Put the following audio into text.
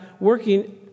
working